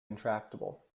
intractable